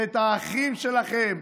ואת האחים שלכם,